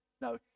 No